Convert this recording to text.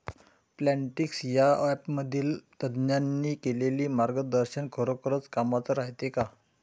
Plantix या ॲपमधील तज्ज्ञांनी केलेली मार्गदर्शन खरोखरीच कामाचं रायते का?